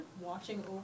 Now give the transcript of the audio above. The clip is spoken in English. watching